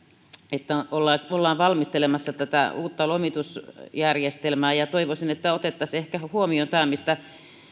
että ollaan valmistelemassa tätä uutta lomitusjärjestelmää ja ja toivoisin että otettaisiin ehkä huomioon tämä mistä